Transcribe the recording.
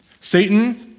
Satan